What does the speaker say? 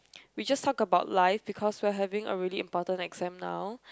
we just talk about life because we are having a really important exam now